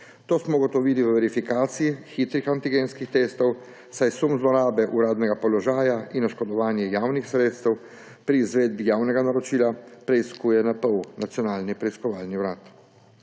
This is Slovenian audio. To smo ugotovili v verifikaciji hitrih antigenskih testov, saj sum zlorabe uradnega položaja in oškodovanje javnih sredstev pri izvedbi javnega naročila preiskuje NPU. Komisija ugotavlja,